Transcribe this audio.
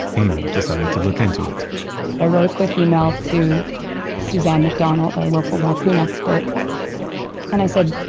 amy decided to look into it i wrote a quick email to suzanne macdonald, our local raccoon expert and i said,